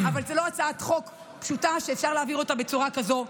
אבל זו לא הצעת חוק פשוטה שאפשר להעביר אותה בצורה כזו.